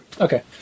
Okay